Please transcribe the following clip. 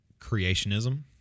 creationism